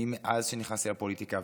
מאז שנכנסתי לפוליטיקה,